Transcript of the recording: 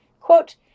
Quote